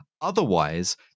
Otherwise